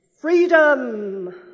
Freedom